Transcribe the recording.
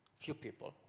few people.